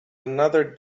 another